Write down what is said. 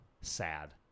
sad